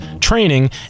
training